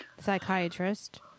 psychiatrist